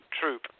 troop